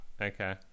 Okay